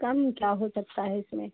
कम क्या हो सकता है इसमें